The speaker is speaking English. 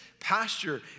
Pasture